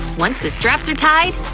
once the straps are tied,